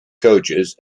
coaches